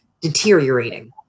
deteriorating